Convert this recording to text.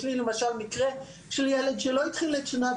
יש לי למשל מקרה של ילד שלא התחיל את שנת